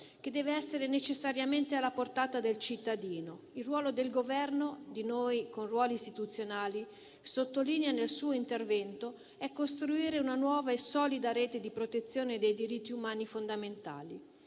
e deve essere necessariamente alla portata del cittadino. Il ruolo del Governo, di noi con ruoli istituzionali - sottolineò nel suo intervento - è costruire una nuova e solida rete di protezione dei diritti umani fondamentali.